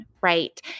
right